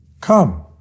Come